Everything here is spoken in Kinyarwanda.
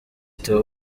theo